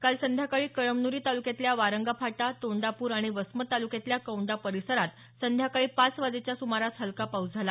काल संध्याकाळी कळमनुरी तालुक्यातल्या वारंगा फाटा तोंडापूर आणि वसमत तालुक्यातल्या कौंडा परिसरात संध्याकाळी पाच वाजेच्या सुमारास हलका पाऊस झाला